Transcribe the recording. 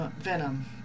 venom